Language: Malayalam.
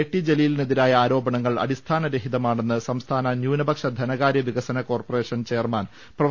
ടി ജലീലിനെതിരായ ആരോപണങ്ങൾ അടിസ്ഥാന രഹിതമാണെന്ന് സംസ്ഥാന ന്യൂന പക്ഷ ധനകാരൃ വികസന കോർപ്പറേഷൻ ചെയർമാൻ പ്രൊഫ